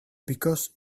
because